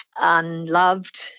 unloved